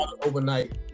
overnight